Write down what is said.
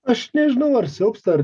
aš nežinau ar silpsta